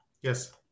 Yes